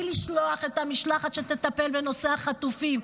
לשלוח את המשלחת שתטפל בנושא החטופים.